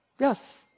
Yes